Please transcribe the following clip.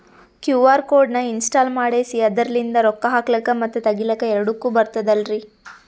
QR code ನ install ಮಾಡೆಸಿ ಅದರ್ಲಿಂದ ರೊಕ್ಕ ಹಾಕ್ಲಕ್ಕ ಮತ್ತ ತಗಿಲಕ ಎರಡುಕ್ಕು ಬರ್ತದಲ್ರಿ?